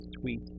tweet